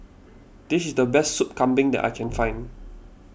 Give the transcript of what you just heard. this is the best Sup Kambing that I can find